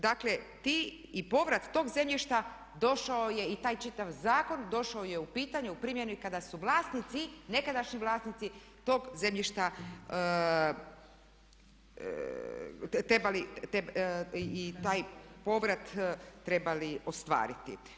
Dakle ti i povrat tog zemljišta došao je i taj čitav zakon došao je u pitanje u primjenu kada su su vlasnici, nekadašnji vlasnici tog zemljišta i taj povrat trebali ostvariti.